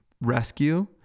rescue